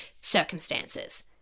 circumstances